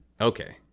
Okay